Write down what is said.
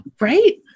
right